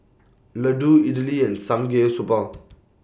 Ladoo Idili and Samgeyopsal